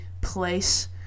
place